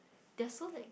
that so like